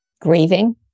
grieving